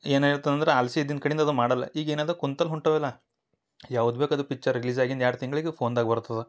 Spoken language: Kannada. ಏನು ಹೇಳ್ತ ಅಂದ್ರ ಆಲ್ಸಿದ ದಿನ ಕಡಿಂದ ಅದು ಮಾಡಲ್ಲ ಈಗ ಏನು ಅದು ಕುಂತಲ್ಲಿ ಹೊಂಟವೆಲ್ಲಾ ಯಾವ್ದು ಬೇಕು ಅದು ಪಿಚ್ಚರ್ ರಿಲೀಸ್ ಆಗಿಂದ ಎರಡು ತಿಂಗ್ಳಿಗ ಫೋನ್ದಾಗ ಬರ್ತದೆ